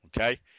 Okay